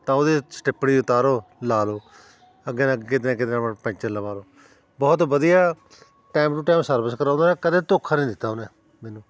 ਤਾਂ ਉਹਦੀ ਸਟਿੱਪਣੀ ਉਤਾਰੋ ਲਾ ਲੋ ਅੱਗੇ ਨਾ ਅੱਗੇ ਕਿਤੇ ਨਾ ਕਿਤੇ ਨਾ ਆਪਣਾ ਪੈਂਚਰ ਲਵਾ ਲਉ ਬਹੁਤ ਵਧੀਆ ਟਾਈਮ ਟੂ ਟਾਈਮ ਸਰਵਿਸ ਕਰਾਉਂਦਾ ਕਦੇ ਧੋਖਾ ਨਹੀਂ ਦਿੱਤਾ ਉਹਨੇ ਮੈਨੂੰ